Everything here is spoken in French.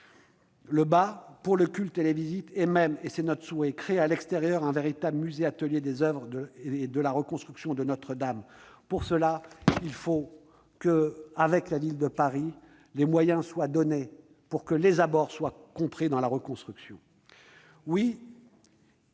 le bas, pour le culte et les visites, et même, et tel est notre souhait, de créer à l'extérieur un véritable musée-atelier des oeuvres et de la reconstruction de Notre-Dame. Pour cela, il faut que des moyens soient donnés, avec la Ville de Paris, pour que les abords soient compris dans la reconstruction.